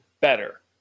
better